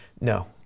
No